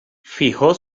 fijó